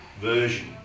version